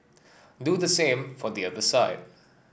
do the same for the other side